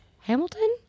Hamilton